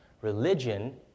religion